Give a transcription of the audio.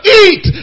eat